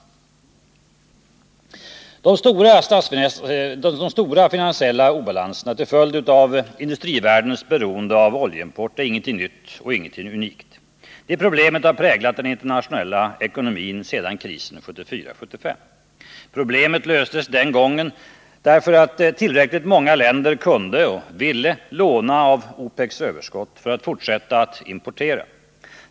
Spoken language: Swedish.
De stora finansiella obalanserna till följd av industrivärldens beroende av oljeimport är inget nytt eller unikt. Det problemet har präglat den internationella ekonomin sedan krisen 1974-1975. Problemet löstes den gången dä ör att tillräckligt många länder kunde och ville låna av OPEC:s överskott för att fortsätta att importera.